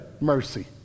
mercy